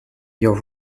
your